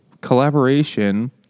Collaboration